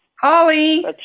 Holly